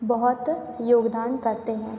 बहुत योगदान करते हैं